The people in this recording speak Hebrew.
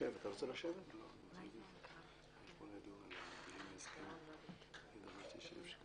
שזה לא יהיה נובמבר 3015 אלא לעדכן את זה לנובמבר 2018. סעיף 4(ג).